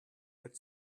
had